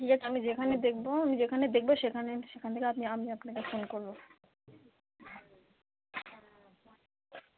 ঠিক আছে আমি যেখানে দেখবো আমি যেখানে দেখবো সেখানে সেখান থেকে আপনি আমি আপনাকে ফোন করবো